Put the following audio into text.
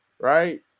right